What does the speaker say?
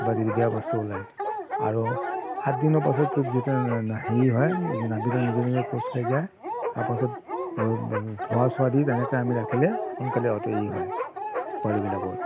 কিবা যদি বেয়া বস্তু ওলায় আৰু সাত দিনৰ পাছত যেতিয়া হেই হয় নাভিডাল নিজে নিজে কোঁচ খাই যায় তাৰপাছত ধোঁৱা চোৱা দি তেনেকৈ আমি ৰাখিলে সোনকালে অতি ই হয় পোৱালিবিলাকৰ